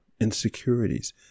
insecurities